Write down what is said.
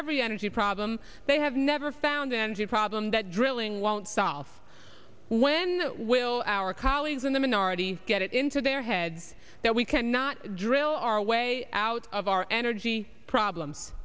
every energy problem they have never found and your problem that drilling won't solve when will our colleagues in the minority get it into their heads that we cannot drill our way out of our energy problems